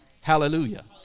Hallelujah